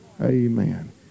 Amen